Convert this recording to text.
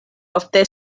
ofte